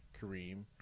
Kareem